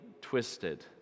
twisted